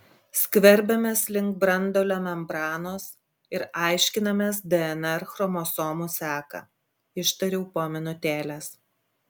skverbiamės link branduolio membranos ir aiškinamės dnr chromosomų seką ištariau po minutėlės